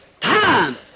time